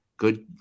good